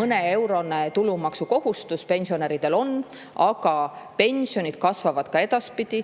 Mõneeurone tulumaksukohustus pensionäridel on, aga pensionid kasvavad ka edaspidi.